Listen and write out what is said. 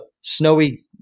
snowy